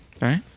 Right